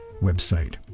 website